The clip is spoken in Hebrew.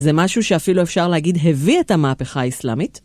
זה משהו שאפילו אפשר להגיד הביא את המהפכה האסלאמית?